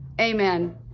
Amen